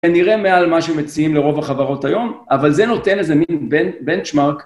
כנראה מעל מה שמציעים לרוב החברות היום, אבל זה נותן איזה מין בנצ'מארק.